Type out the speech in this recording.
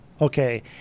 Okay